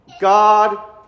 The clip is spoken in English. God